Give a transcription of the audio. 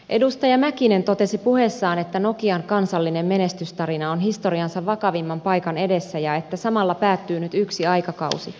edustaja mäkinen totesi puheessaan että nokian kansallinen menestystarina on historiansa vakavimman paikan edessä ja että samalla päättyy nyt yksi aikakausi